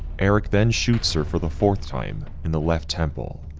eric then shoots her for the fourth time in the left temple.